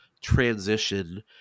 transition